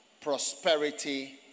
prosperity